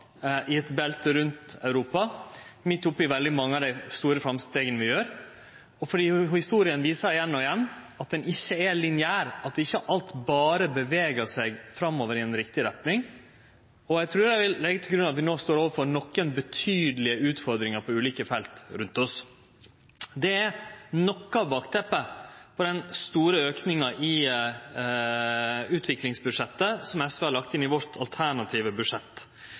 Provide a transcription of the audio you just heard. i eit belte rundt Europa, midt oppe i dei store framstega vi gjer. Historia viser igjen og igjen at ho ikkje er lineær, at ikkje alt berre beveger seg framover i riktig retning. Eg trur vi no står overfor nokre betydelege utfordringar på ulike felt rundt oss. Det er noko av bakteppet for den store auken i utviklingsbudsjettet som SV har lagt inn i sitt alternative budsjett.